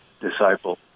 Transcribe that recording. disciple